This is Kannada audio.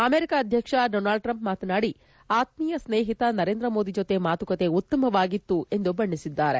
ಅಮೆರಿಕಾ ಅಧ್ಯಕ್ಷ ಡೊನಾಲ್ಡ್ ಟ್ರಂಪ್ ಮಾತನಾಡಿ ಆತ್ನೀಯ ಸ್ನೇಹಿತ ನರೇಂದ್ರ ಮೋದಿ ಜತೆ ಮಾತುಕತೆ ಉತ್ತಮವಾಗಿತ್ತು ಎಂದು ಬಣ್ಣಿಸಿದ್ದಾರೆ